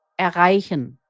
erreichen